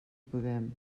podem